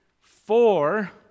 Four